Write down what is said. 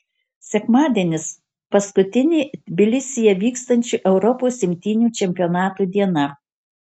sekmadienis paskutinė tbilisyje vykstančio europos imtynių čempionato diena